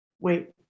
wait